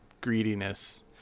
greediness